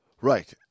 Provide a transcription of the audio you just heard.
Right